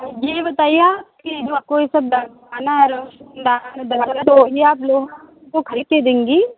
जी बताइए कि आपको ई सब लगवाना है रोशनदान दरवाज़ा तो अभी आप लोहा हमको ख़रीद के देंगी